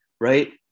right